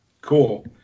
cool